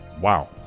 Wow